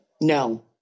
No